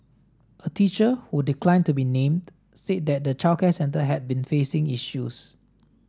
a teacher who declined to be named said that the childcare centre had been facing issues